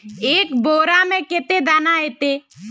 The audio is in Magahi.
एक बोड़ा में कते दाना ऐते?